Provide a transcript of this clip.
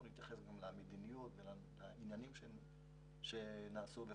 נתייחס גם למדיניות ולעניינים שנעשו.